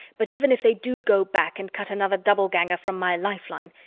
but even if they do go back and cut another doubleganger from my lifeline,